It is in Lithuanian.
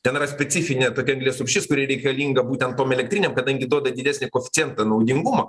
ten yra specifinė tokia anglies rūšis kuri reikalinga būtent tom elektrinėm kadangi duoda didesnį koeficientą naudingumo